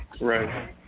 Right